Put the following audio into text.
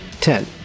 Ten